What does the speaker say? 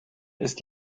ist